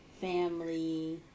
family